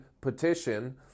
petition